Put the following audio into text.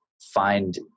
find